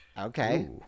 Okay